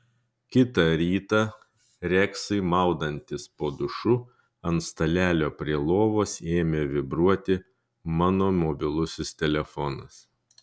kitą rytą reksui maudantis po dušu ant stalelio prie lovos ėmė vibruoti mano mobilusis telefonas